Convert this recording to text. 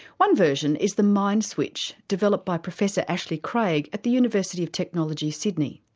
one version is the mindswitch, developed by professor ashley craig at the university of technology, sydney.